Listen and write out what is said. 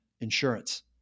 insurance